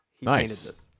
nice